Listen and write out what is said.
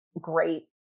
great